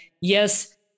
yes